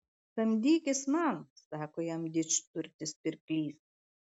samdykis man sako jam didžturtis pirklys